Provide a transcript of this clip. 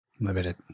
Limited